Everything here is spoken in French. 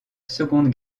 seconde